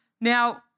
Now